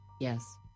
Yes